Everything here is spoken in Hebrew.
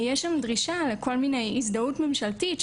יש שם דרישה לכל מיני הזדהות ממשלתית,